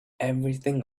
everything